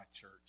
church